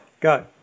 Go